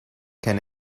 can